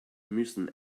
müssen